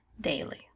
daily